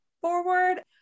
forward